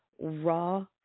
raw